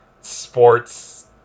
sports